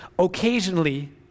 occasionally